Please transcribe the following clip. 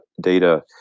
data